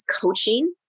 coaching